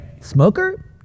Smoker